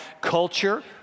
culture